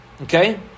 Okay